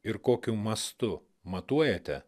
ir kokiu mastu matuojate